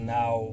now